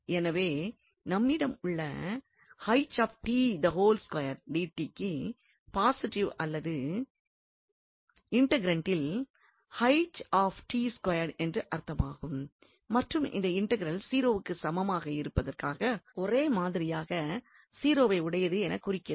எனவே நம்மிடம் உள்ள க்கு பாசிட்டிவ் அல்லது இன்டெக்கிரன்டில் என்று அர்த்தமாகும் மற்றும் இந்த இன்டெக்ரல் 0 க்கு சமமாக இருப்பதற்காக ஒரே மாதிரியாக 0 வை உடையது என குறிக்கிறது